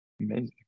Amazing